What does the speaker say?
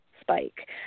spike